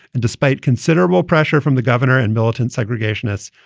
and despite considerable pressure from the governor and militant segregationists,